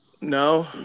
No